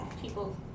people